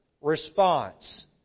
response